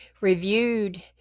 reviewed